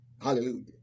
Hallelujah